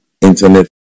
internet